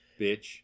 bitch